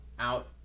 out